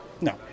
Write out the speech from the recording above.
No